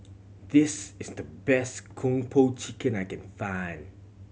this is the best Kung Po Chicken I can find